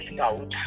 out